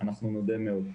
נודה מאוד.